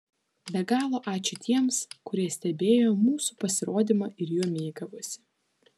be galo ačiū tiems kurie stebėjo mūsų pasirodymą ir juo mėgavosi